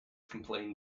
complained